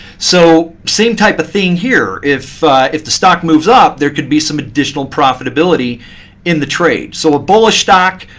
so same type of thing here. if if the stock moves up, there could be some additional profitability in the trade. so a bullish stock,